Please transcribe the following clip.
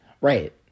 Right